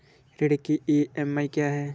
ऋण की ई.एम.आई क्या है?